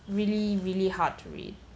really really hard to read